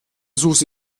susi